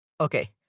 okay